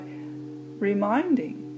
reminding